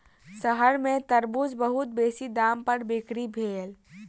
शहर में तरबूज बहुत बेसी दाम पर बिक्री भेल